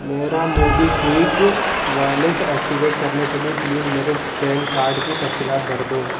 میرا MobiKwik wallet activate کرنے کے لیے پلیز میرے پین کارڈ کی تفصیلات بھر دو